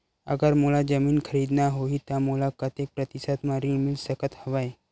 अगर मोला जमीन खरीदना होही त मोला कतेक प्रतिशत म ऋण मिल सकत हवय?